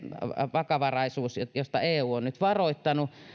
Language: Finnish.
vakavaraisuus josta eu on nyt varoittanut